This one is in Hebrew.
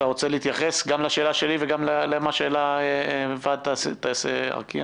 לגבי ארקיע